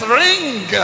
ring